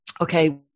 okay